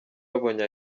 babonye